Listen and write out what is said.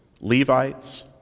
Levites